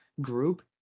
group